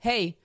Hey